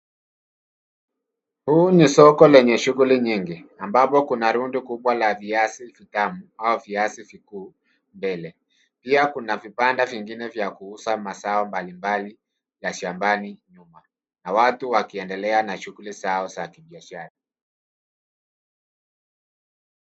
Huu ni soko lenye shughuli nyingi ambapo kuna rundo kubwa la viazi vitamu au viazi vikuu mbele. Pia kuna vibanda vingine vya kuuza mazao mbalimbali ya shambani na watu wakiendelea na shughuli zao za kibiashara.